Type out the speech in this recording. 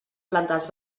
plantes